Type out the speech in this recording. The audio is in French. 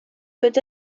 peut